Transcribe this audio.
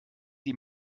die